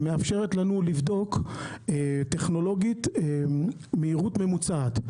שמאפשרת לנו לבדוק טכנולוגית מהירות ממוצעת.